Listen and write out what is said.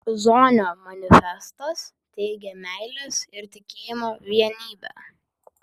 zonio manifestas teigia meilės ir tikėjimo vienybę